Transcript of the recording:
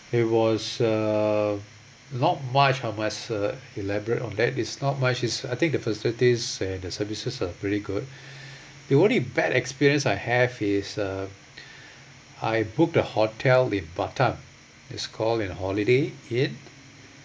it was uh not much I must uh elaborate on that is not much is I think the facilities and the services are pretty good the only bad experience I have is uh I booked a hotel in batam it's call uh holiday inn